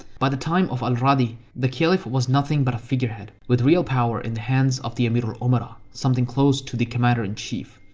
by the time of al-radi, the caliph was nothing but a figurehead with real power in the hands of the amir al-umara, something close to the commander-in-chief.